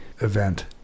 event